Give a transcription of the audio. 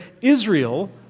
Israel